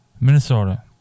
Minnesota